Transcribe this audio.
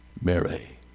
Mary